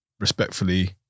respectfully